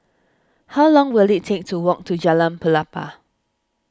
how long will it take to walk to Jalan Pelepah